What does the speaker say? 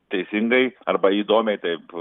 teisingai arba įdomiai taip